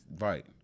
right